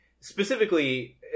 Specifically